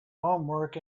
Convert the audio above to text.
homework